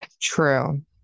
true